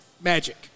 magic